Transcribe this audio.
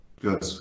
Good